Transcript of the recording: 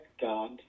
God